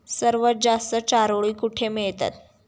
सर्वात जास्त चारोळी कुठे मिळतात?